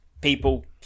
people